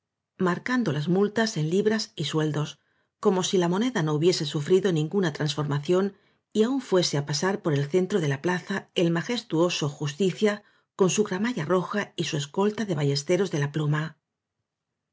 marcando las multas en libras y sueldos como si la moneda no hubiese sufrido ninguna transformación y aún fuese á pasar por el centro de la plaza el majestuoso justicia con su gramalla roja y su escolta de ba llesteros de la pluma